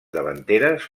davanteres